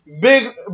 Big